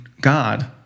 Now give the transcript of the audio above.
God